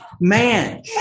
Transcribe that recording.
Man